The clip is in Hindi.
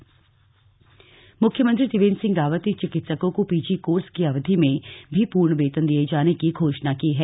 शपथ ग्रहण समारोह मुख्यमंत्री त्रिवेंद्र सिंह रावत ने चिकित्सकों को पीजी कोर्स की अवधि में भी प्रर्ण वेतन दिये जाने की घोषणा की है